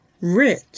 Rich